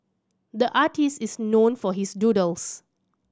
the artist is known for his doodles